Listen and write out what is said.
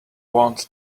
want